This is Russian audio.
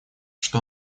что